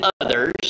others